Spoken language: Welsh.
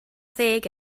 ddeg